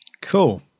cool